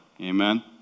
Amen